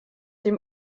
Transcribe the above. dem